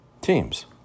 teams